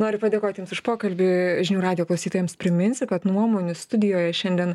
noriu padėkot jums už pokalbį žinių radijo klausytojams priminsiu kad nuomonių studijoje šiandien